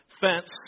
fence